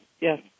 yes